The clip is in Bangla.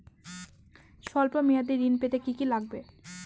সল্প মেয়াদী ঋণ পেতে কি কি লাগবে?